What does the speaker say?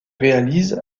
réalise